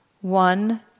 One